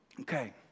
Okay